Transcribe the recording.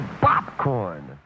popcorn